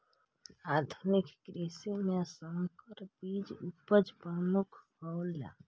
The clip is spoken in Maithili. आधुनिक कृषि में संकर बीज उपज में प्रमुख हौला